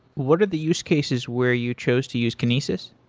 what are the use cases where you chose to use kinesis?